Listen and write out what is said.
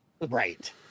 Right